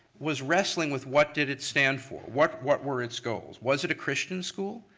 was wrestling with what did it stand for? what what were its goals? was it a christian school?